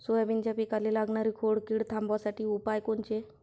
सोयाबीनच्या पिकाले लागनारी खोड किड थांबवासाठी उपाय कोनचे?